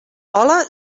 hola